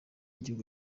igihugu